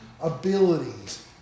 abilities